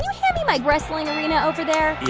hand me my wrestling arena over there?